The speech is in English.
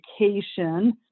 education